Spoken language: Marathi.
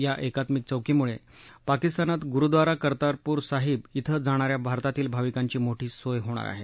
या एकात्मिक चौकीमुळे पाकिस्तानात गुरूद्वारा कर्तारपुर साहिब इथं जाणाऱ्या भारतातील भाविकांची मोठी सोय होणार आहे